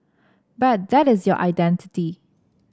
but that is your identity